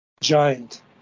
giant